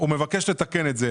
הוא מבקש לתקן את זה.